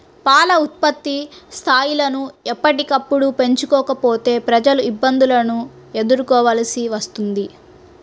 పాల ఉత్పత్తి స్థాయిలను ఎప్పటికప్పుడు పెంచుకోకపోతే ప్రజలు ఇబ్బందులను ఎదుర్కోవలసి వస్తుంది